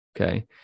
Okay